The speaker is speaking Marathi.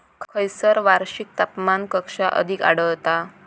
खैयसर वार्षिक तापमान कक्षा अधिक आढळता?